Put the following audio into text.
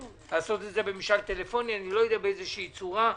לעשות את זה במשאל טלפוני לא יודע באיזו צורה.